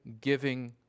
giving